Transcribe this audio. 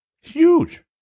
huge